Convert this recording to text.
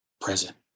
present